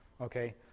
Okay